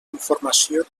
informació